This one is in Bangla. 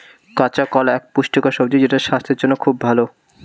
কাঁচা কলা এক পুষ্টিকর সবজি যেটা স্বাস্থ্যের জন্যে খুব ভালো